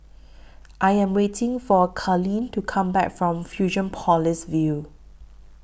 I Am waiting For Kalene to Come Back from Fusionopolis View